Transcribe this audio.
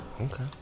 Okay